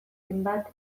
zenbat